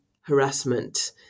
harassment